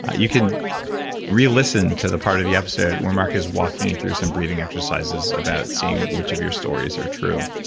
ah you can re listen to the part of the episode where mark is walking you through some breathing exercises about seeing which of your stories are true.